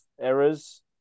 errors